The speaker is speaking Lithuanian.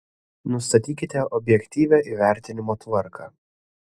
nustatykite objektyvią įvertinimo tvarką